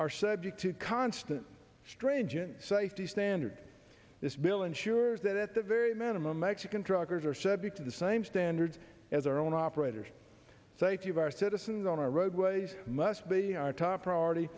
are subject to constant strange and safety standards this bill ensures that at the very minimum mexican drug lords are subject to the same standards as our own operators safety of our citizens on our roadways must be our top priority